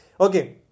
Okay